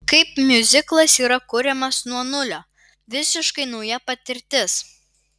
kaip miuziklas yra kuriamas nuo nulio visiškai nauja patirtis